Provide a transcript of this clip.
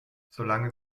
solange